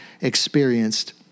experienced